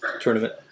tournament